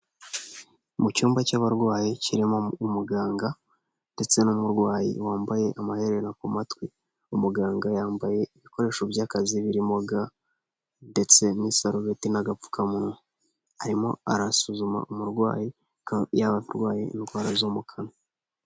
Mu cyumba cy'abarwayi kirimo umuganga ndetse n'umurwayi wambaye amaherena ku matwi, umuganga yambaye ibikoresho by'akazi birimo ga ndetse n'isarubeti n'agapfukamunwa, arimo arasuzuma umurwayi ko yaba arwaye indwara zo mu kanwa